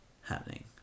happening